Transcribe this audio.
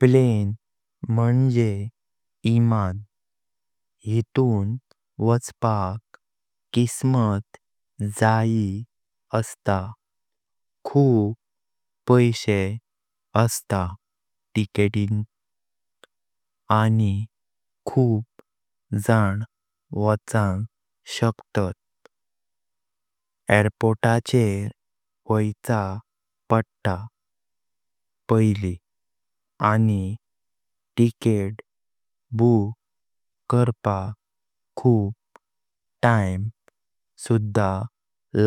प्लेन म्हणजे इमान येऊन वचपाक किदमत जायी असता खुब पैशे असता टिकीटिक। आणि खुब जान वांग शकतात। एयरपोटाचेर विआइचा पडता पैली आणी टिकीट बुक करपाक खुब टाइम सुधा